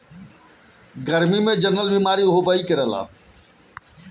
गाई के गरमी में रोज नहावा देवे के चाही जेसे एकरा गरमी से कवनो बेमारी ना होखे